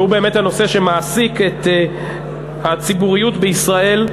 והוא באמת הנושא שמעסיק את הציבוריות בישראל.